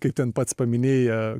kaip ten pats paminėjai